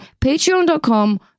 patreon.com